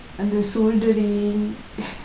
அந்த:andtha solderingk